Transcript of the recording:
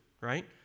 Right